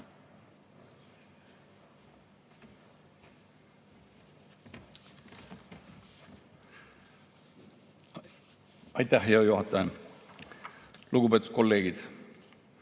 Aitäh, hea juhataja! Lugupeetud kolleegid!